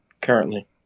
currently